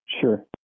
Sure